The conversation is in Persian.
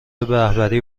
رهبری